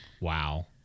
wow